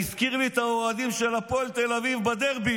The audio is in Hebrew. והוא הזכיר לי את האוהדים של הפועל תל אביב בדרבי,